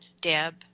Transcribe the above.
Deb